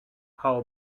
how